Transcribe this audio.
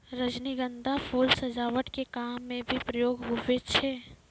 रजनीगंधा फूल सजावट के काम मे भी प्रयोग हुवै छै